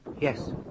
Yes